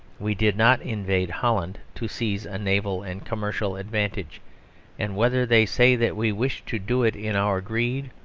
we did not invade holland to seize a naval and commercial advantage and whether they say that we wished to do it in our greed,